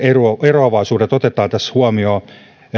eroavaisuudet otetaan tässä huomioon